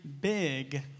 big